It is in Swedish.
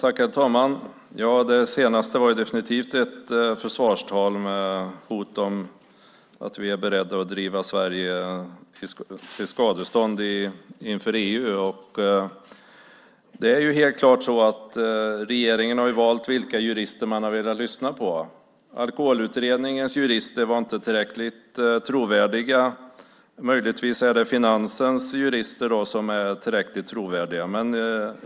Herr talman! Det senaste var definitivt ett försvarstal med hot om att vi skulle vara beredda att driva Sverige till skadestånd inför EU. Det är helt klart så att regeringen har valt vilka jurister den har velat lyssna på. Alkoholutredningens jurister var inte tillräckligt trovärdiga. Möjligtvis är det Finansens jurister som är tillräckligt trovärdiga.